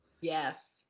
yes